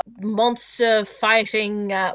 monster-fighting